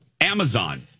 Amazon